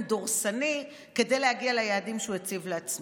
דורסני כדי להגיע ליעדים שהוא הציב לעצמו.